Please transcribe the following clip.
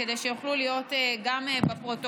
כדי שהם יוכלו להיות גם בפרוטוקול,